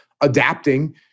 adapting